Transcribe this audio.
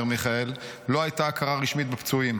אומר מיכאל לא הייתה הכרה רשמית בפצועים.